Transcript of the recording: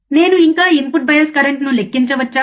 నేను ఇంకా input bias కరెంట్ను లెక్కించవచ్చా